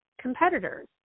competitors